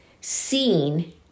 seen